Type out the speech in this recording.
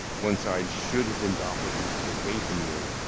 one side should have been doppler boosted away from you.